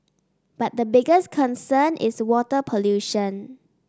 but the biggest concern is water pollution